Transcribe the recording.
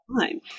time